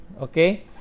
Okay